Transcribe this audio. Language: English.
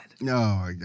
No